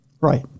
Right